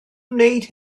wneud